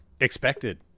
expected